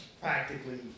practically